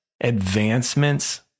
advancements